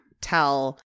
tell